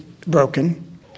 broken